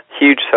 Huge